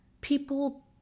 people